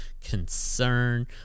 concern